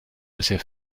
bisher